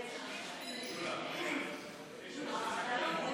אז אני יכול לדבר עשר